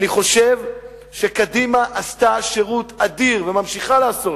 אני חושב שקדימה עשתה שירות אדיר וממשיכה לעשות